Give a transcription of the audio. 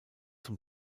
zum